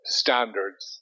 standards